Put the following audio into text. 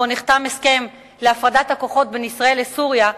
אז נחתם הסכם להפרדת הכוחות בין ישראל לסוריה,